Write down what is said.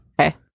Okay